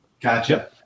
Gotcha